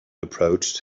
approached